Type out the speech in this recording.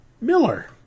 Miller